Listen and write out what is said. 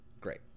Great